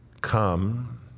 Come